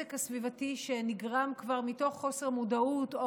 הנזק הסביבתי שנגרם כבר מתוך חוסר מודעות או